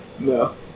No